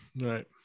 right